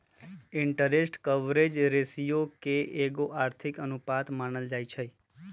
interest coverage ratio के एगो आर्थिक अनुपात मानल जाइ छइ